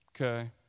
okay